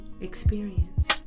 experience